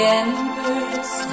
embers